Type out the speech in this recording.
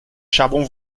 charbon